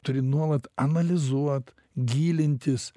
turi nuolat analizuot gilintis